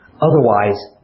Otherwise